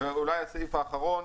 ואולי הסעיף האחרון